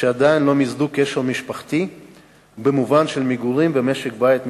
שעדיין לא מיסדו קשר משפחתי במובן של מגורים ומשק בית משותף.